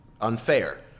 unfair